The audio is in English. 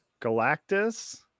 Galactus